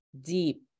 deep